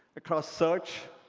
across search,